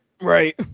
Right